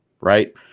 right